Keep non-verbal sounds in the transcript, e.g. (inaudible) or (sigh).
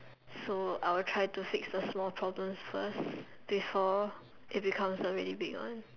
so I will try to fix the small problems first (breath) before it becomes a really big one